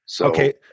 Okay